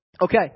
Okay